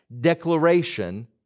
Declaration